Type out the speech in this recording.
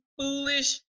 foolish